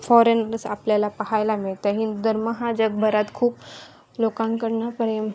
foreigners आपल्याला पाहायला मिळते हिंदू धर्म हा जगभरात खूप लोकांकडून प्रेम